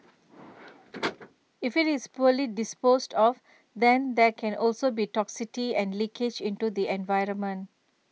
if it's poorly disposed of there can also be toxicity and leakage into the environment